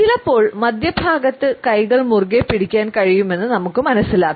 ചിലപ്പോൾ മധ്യഭാഗത്ത് കൈകൾ മുറുകെപ്പിടിക്കാൻ കഴിയുമെന്ന് നമുക്ക് മനസ്സിലാക്കാം